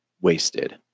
wasted